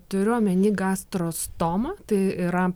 turiu omeny gastrostomą tai yra